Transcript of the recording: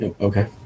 Okay